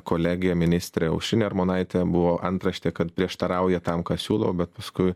kolegė ministrė aušrinė armonaitė buvo antraštė kad prieštarauja tam ką siūlau bet paskui